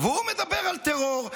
והוא מדבר על טרור.